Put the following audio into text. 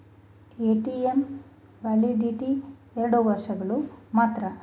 ATM validity ಎರಡು ವರ್ಷಗಳು ಮಾತ್ರ